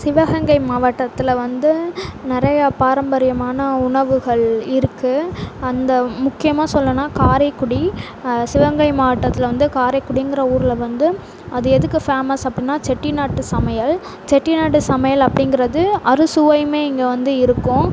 சிவகங்கை மாவட்டத்தில் வந்து நிறையா பாரம்பரியமான உணவுகள் இருக்குது அந்த முக்கியமாக சொல்லணுன்னால் காரைக்குடி சிவகங்கை மாவட்டத்தில் வந்து காரைக்குடிங்கிற ஊரில் வந்து அது எதுக்கு ஃபேமஸ் அப்படின்னா செட்டிநாட்டு சமையல் செட்டிநாட்டு சமையல் அப்படிங்கிறது அறுசுவையுமே இங்கே வந்து இருக்கும்